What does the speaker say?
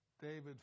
David